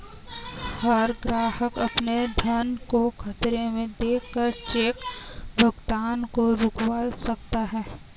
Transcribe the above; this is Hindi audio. हर ग्राहक अपने धन को खतरे में देख कर चेक भुगतान को रुकवा सकता है